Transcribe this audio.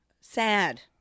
Sad